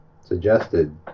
suggested